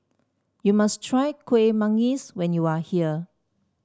you must try Kueh Manggis when you are here